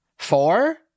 Four